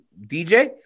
DJ